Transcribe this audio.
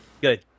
Good